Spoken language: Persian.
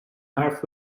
حرف